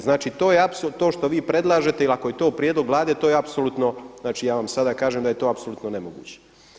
Znači to što vi predlažete ili ako je to prijedlog Vlade to je apsolutno znači ja vam sada kažem da je to apsolutno nemoguće.